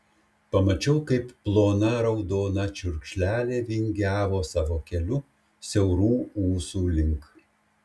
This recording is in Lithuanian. pamačiau kaip plona raudona čiurkšlelė vingiavo savo keliu siaurų ūsų link